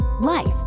life